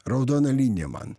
raudona linija man